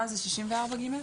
64(ג).